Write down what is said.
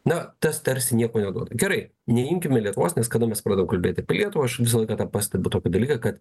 na tas tarsi nieko neduoda gerai neimkime lietuvos nes kada mes pradėjo kalbėti apie lietuvą aš visą laiką tą pastebiu tokį dalyką kad